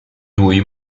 lui